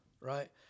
Right